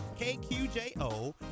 KQJO